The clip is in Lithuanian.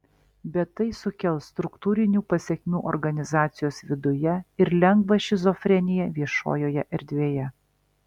bet tai sukels struktūrinių pasekmių organizacijos viduje ir lengvą šizofreniją viešojoje erdvėje